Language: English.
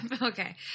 Okay